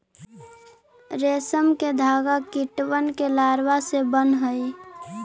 रेशम के धागा कीटबन के लारवा से बन हई